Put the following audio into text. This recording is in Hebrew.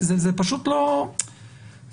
זה לא מסתדר.